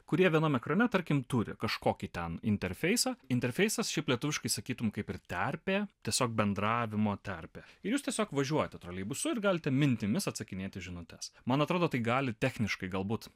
kurie vienam ekrane tarkim turi kažkokį ten interfeisą interfeisas šiaip lietuviškai sakytum kaip ir terpė tiesiog bendravimo terpė ir jūs tiesiog važiuojate troleibusu ir galite mintimis atsakinėti žinutes man atrodo tai gali techniškai galbūt